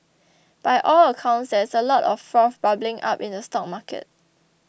by all accounts there is a lot of froth bubbling up in the stock market